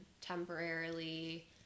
temporarily